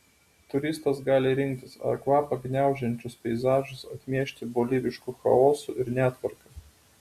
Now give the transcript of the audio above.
turistas gali rinktis ar kvapą gniaužiančius peizažus atmiešti bolivišku chaosu ir netvarka